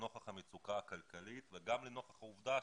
לנוכח המצוקה הכלכלית וגם לנוכח העובדה,